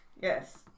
Yes